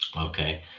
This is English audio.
okay